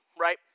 right